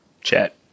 Chat